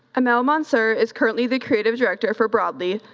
um amel monsur is currently the creative director for broadly,